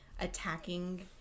attacking